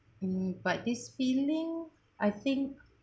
mm but this feeling I think